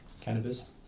cannabis